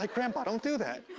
like grandpa, don't do that.